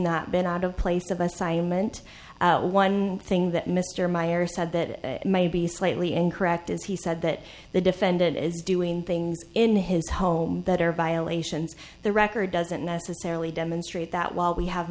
not been out of place of assignment one thing that mr meyer said that may be slightly incorrect is he said that the defendant is doing things in his home that are violations the record doesn't necessarily demonstrate that while we have